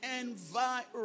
environment